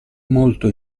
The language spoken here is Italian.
molto